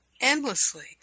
endlessly